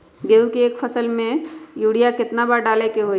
गेंहू के एक फसल में यूरिया केतना बार डाले के होई?